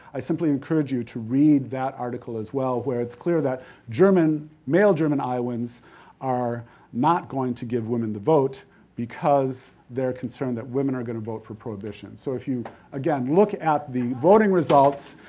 i simply encourage you to read that article as well, where it's clear that male german iowans are not going to give women the vote because they're concerned that women are gonna vote for prohibition. so, if you again, look at the voting results,